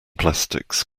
plastics